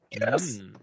Yes